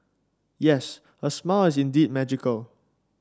yes her smile is indeed magical